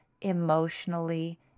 emotionally